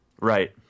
Right